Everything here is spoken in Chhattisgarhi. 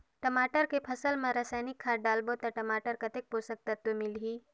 टमाटर के फसल मा रसायनिक खाद डालबो ता टमाटर कतेक पोषक तत्व मिलही?